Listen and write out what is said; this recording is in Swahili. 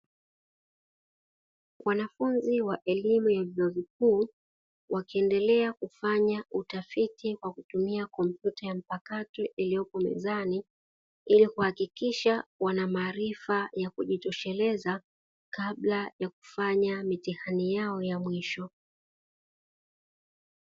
Wanafunzi wa elimu ya vyuo vikuu wakiendelea kufanya utafiti kwa kutumia kompyuta mpakato iliyopo mezani, ili kuhakikisha wana maarifa ya kujitosheleza kabla ya kufanya mitihani yao ya mwisho.